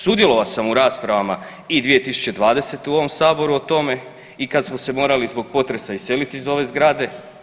Sudjelovao sam u raspravama i 2020. u ovom saboru o tome i kad smo se morali zbog potresa iselit iz ove zgrade.